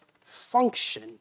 function